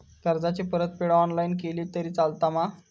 कर्जाची परतफेड ऑनलाइन केली तरी चलता मा?